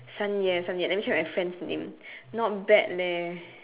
sun ye sun ye let me check my friend's name not bad leh